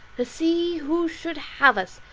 to see who should have us.